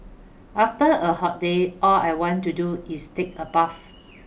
after a hot day all I want to do is take a bath